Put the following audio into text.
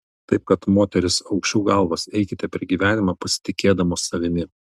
taip kad moterys aukščiau galvas eikite per gyvenimą pasitikėdamos savimi